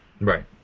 Right